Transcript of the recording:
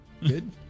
good